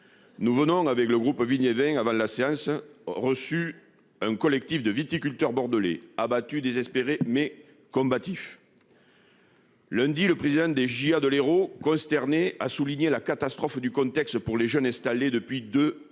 Nous venons avec le groupe. Avant la séance. Reçu un collectif de viticulteurs bordelais abattu désespérés mais combatifs. Lundi, le président des de l'Hérault, consterné, a souligné la catastrophe du contexte pour les jeunes installés depuis 2 3 ans